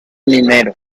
minero